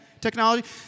Technology